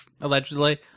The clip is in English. allegedly